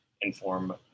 inform